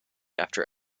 after